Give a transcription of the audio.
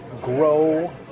grow